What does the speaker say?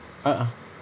a'ah